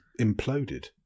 imploded